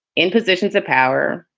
in positions of power,